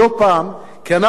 "גידול סרטני",